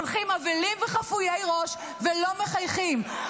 הולכים אבלים וחפויי ראש ולא מחייכים -- לסיום.